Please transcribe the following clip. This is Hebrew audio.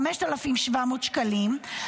5,700 שקלים,